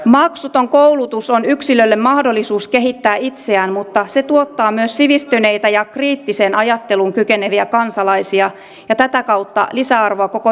maksuton koulutus on yksilölle mahdollisuus kehittää itseään mutta se tuottaa myös sivistyneitä ja kriittiseen ajatteluun kykeneviä kansalaisia ja tätä kautta lisäarvoa koko yhteiskunnalle